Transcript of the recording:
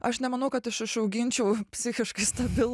aš nemanau kad išauginčiau psichiškai stabilų